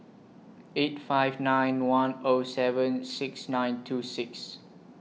eight five nine one O seven six nine two six